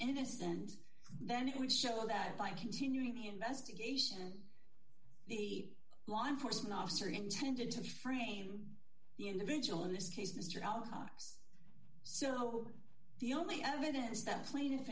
innocent then it would show that by continuing the investigation the law enforcement officer intended to frame the individual in this case mr malcolm x so the only evidence that pla